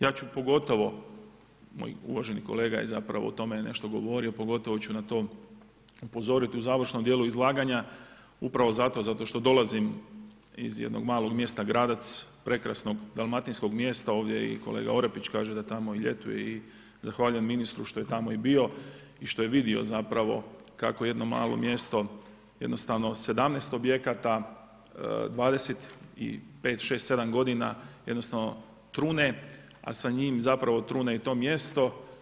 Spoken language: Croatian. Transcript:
Ja ću pogotovo, moj uvaženi kolega, je zapravo nešto govorio, pogotovo ću na tom upozoriti na završnom dijelu izlaganja, upravo zato, zato što dolazim iz jednog malog mjesta Gradec, prekrasnog Dalmatinskog mjesta, ovdje i kolega Orepić kaže da tamo ljetuje i zahvaljujem ministru što je tamo i bio i što je i vidio zapravo, kako jedno malo mjesto, jednostavno 17 objekata, 25, 6, 7 godina, jednostavno trune, a sa njim zapravo trune i to mjesto.